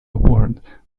award